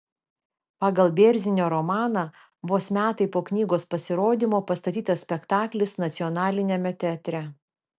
pagal bėrzinio romaną vos metai po knygos pasirodymo pastatytas spektaklis nacionaliniame teatre